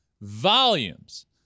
volumes